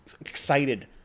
excited